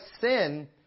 sin